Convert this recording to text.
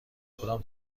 کدام